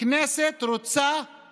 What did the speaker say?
ואז בא אליה שירות הכבאות ואומר לה: